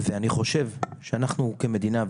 ואני חושב שאנחנו כמדינה,